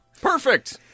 perfect